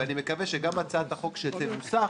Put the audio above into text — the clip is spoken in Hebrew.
ואני מקווה שגם הצעת החוק שתנוסח